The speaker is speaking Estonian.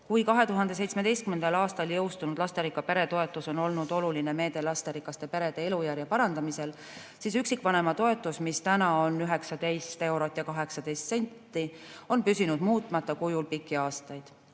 Kui 2017. aastal jõustunud lasterikka pere toetus on olnud oluline meede lasterikaste perede elujärje parandamisel, siis üksikvanema toetus, mis täna on 19 eurot ja 18 senti, on püsinud muutmata kujul pikki aastaid.